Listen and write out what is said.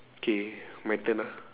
K my turn ah